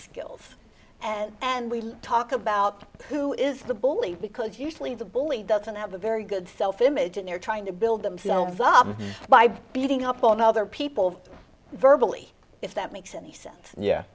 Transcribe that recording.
skills and and we talk about who is the bully because usually the bully doesn't have a very good self image and they're trying to build themselves up by beating up on other people of verbal if that makes any sense yeah